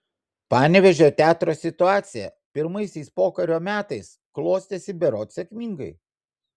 panevėžio teatro situacija pirmaisiais pokario metais klostėsi berods sėkmingai